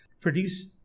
produce